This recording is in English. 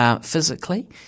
Physically